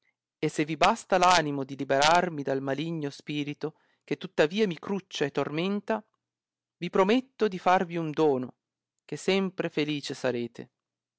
e se vi basta l animo di liberarmi dal maligno spirito che tuttavia mi cruccia e tormenta vi prometto di farvi un dono che sempre felice sarete